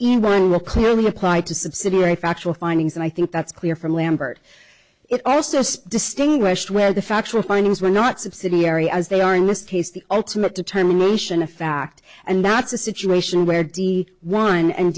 clearly applied to subsidiary factual findings and i think that's clear from lambert it also distinguished where the factual findings were not subsidiary as they are in this case the ultimate determination of fact and that's a situation where de wine and